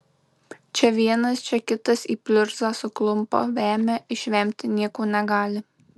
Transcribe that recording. čia vienas čia kitas į pliurzą suklumpa vemia išvemti nieko negali